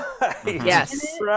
yes